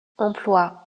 emploie